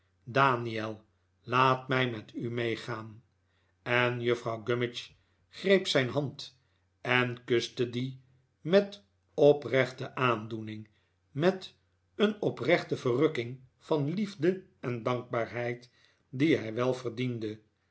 daniel laat mij met u meegaan en juffrouw gummidge greep zijn hand en kuste die met oprechte aandoening met een oprechte verrukking van liefde endankbaarheid die hij wel verdiende